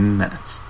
minutes